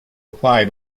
apply